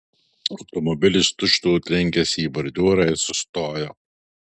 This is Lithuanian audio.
automobilis tučtuoj trenkėsi į bordiūrą ir sustojo